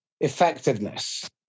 effectiveness